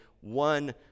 one